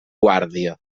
guàrdia